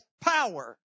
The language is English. power